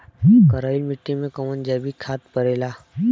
करइल मिट्टी में कवन जैविक खाद पड़ेला?